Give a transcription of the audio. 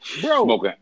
bro